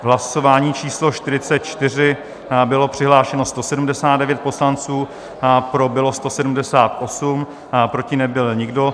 V hlasování číslo 44 bylo přihlášeno 179 poslanců, pro bylo 178, proti nebyl nikdo.